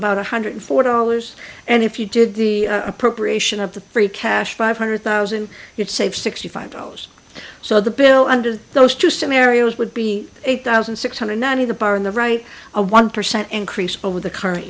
about one hundred four dollars and if you did the appropriation of the free cash five hundred thousand you'd save sixty five dollars so the bill under those two scenarios would be eight thousand six hundred ninety the bar in the right a one percent increase over the current